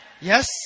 Yes